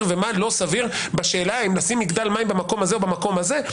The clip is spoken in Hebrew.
ומה לא סביר בשאלה אם לשים מגדל מים במקום הזה או במקום הזה?